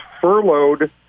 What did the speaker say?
furloughed